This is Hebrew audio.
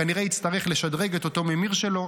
כנראה שיצטרך לשדרג את אותו הממיר שלו,